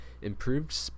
Improved